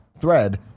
thread